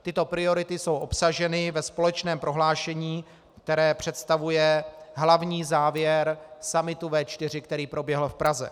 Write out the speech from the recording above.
Tyto priority jsou obsaženy ve společném prohlášení, které představuje hlavní závěr summitu V4, který proběhl v Praze.